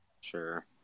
Sure